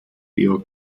ihrer